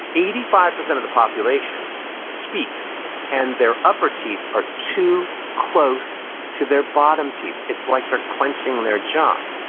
eighty five percent of the population speaks and their upper teeth are too close to their bottom teeth. it's like they're clenching their jaw.